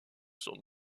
sont